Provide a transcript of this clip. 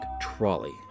trolley